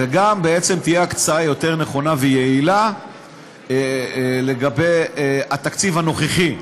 וגם תהיה הקצאה יותר נכונה ויעילה של התקציב הנוכחי.